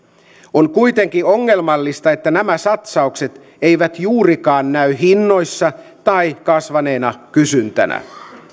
on kuitenkin ongelmallista että nämä satsaukset eivät juurikaan näy hinnoissa tai kasvaneena kysyntänä